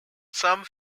some